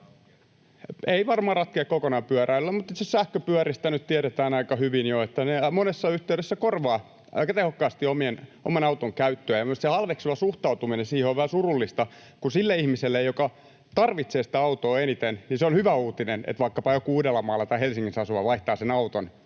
Ei varmaan ratkeaa kokonaan pyöräilyllä, mutta sähköpyöristä tiedetään aika hyvin jo, että ne monessa yhteydessä korvaavat aika tehokkaasti oman auton käyttöä. Minusta se halveksiva suhtautuminen siihen on vähän surullista, kun sille ihmiselle, joka tarvitsee sitä autoa eniten, se on hyvä uutinen, että vaikkapa joku Uudellamaalla tai Helsingissä asuva vaihtaa sen auton